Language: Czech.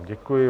Děkuji.